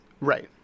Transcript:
right